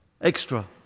Extra